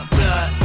Blood